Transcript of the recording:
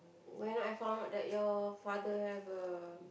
when I found out that your father have a